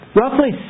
roughly